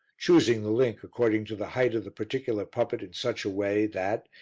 choosing the link according to the height of the particular puppet in such a way that,